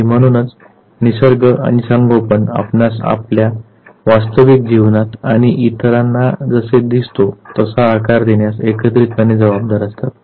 आणि म्हणूनच निसर्ग आणि संगोपन आपणास आपल्या वास्तविक जीवनात आपण इतरांना जसे दिसतो तसा आकार देण्यास एकत्रितपणे जबाबदार असतात